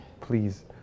please